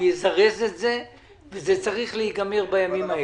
הוא יזרז את זה וזה צריך להיגמר בימים האלה.